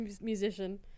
Musician